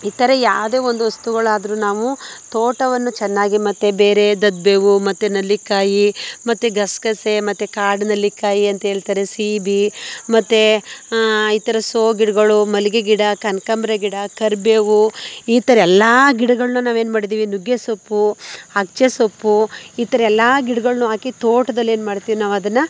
ಇತರೆ ಯಾವುದೇ ಒಂದು ವಸ್ತುಗಳಾದರು ನಾವು ತೋಟವನ್ನು ಚೆನ್ನಾಗಿ ಮತ್ತೆ ಬೇರೆ ದಬ್ಬೆ ಹೂವು ಮತ್ತೆ ನೆಲ್ಲಿಕಾಯಿ ಮತ್ತೆ ಗಸೆಗಸೆ ಮತ್ತೆ ಕಾಡು ನೆಲ್ಲಿಕಾಯಿ ಅಂಥೇಳ್ತಾರೆ ಸೀಬೆ ಮತ್ತೆ ಇತರ ಸೋ ಗಿಡಗಳು ಮಲ್ಲಿಗೆ ಗಿಡ ಕನ್ಕಾಂಬ್ರ ಗಿಡ ಕರಿಬೇವು ಈ ಥರ ಎಲ್ಲ ಗಿಡಗಳನ್ನ ನಾವು ಏನು ಮಾಡಿದ್ದೀವಿ ನುಗ್ಗೆಸೊಪ್ಪು ಹಚ್ಚೆ ಸೊಪ್ಪು ಈ ಥರ ಎಲ್ಲ ಗಿಡಗಳನ್ನು ಹಾಕಿ ತೋಟದಲ್ಲಿ ಏನು ಮಾಡ್ತೀವಿ ನಾವು ಅದನ್ನು